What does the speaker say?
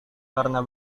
karena